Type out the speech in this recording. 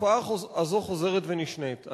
התופעה הזאת חוזרת ונשנית.